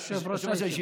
יושב-ראש הישיבה.